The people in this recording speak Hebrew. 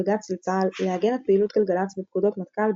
בג"ץ לצה"ל לעגן את פעילות גלגלצ בפקודות מטכ"ל,